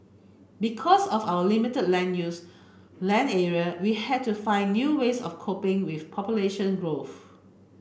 because of our limited land use land area we had to find new ways of coping with population growth